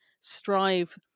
strive